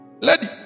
Lady